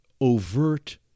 overt